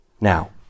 Now